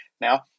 now